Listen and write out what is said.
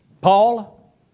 Paul